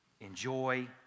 enjoy